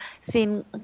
seen